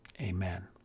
Amen